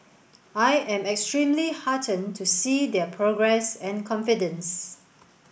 I am extremely heartened to see their progress and confidence